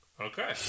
Okay